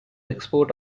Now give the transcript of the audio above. export